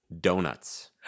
donuts